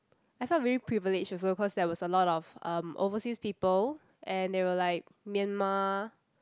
I felt very privileged also cause there was a lot of um overseas people and there were like Myanmar